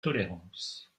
tolérance